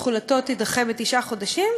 תחולתו תידחה בתשעה חודשים,